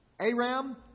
Aram